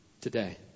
today